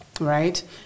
right